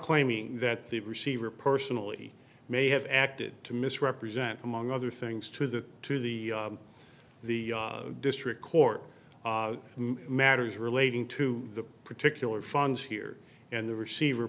claiming that the receiver personally may have acted to misrepresent among other things to the to the the district court matters relating to the particular funds here and the receiver